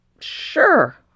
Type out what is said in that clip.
sure